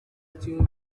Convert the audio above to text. kibuye